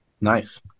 Nice